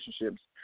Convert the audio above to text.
relationships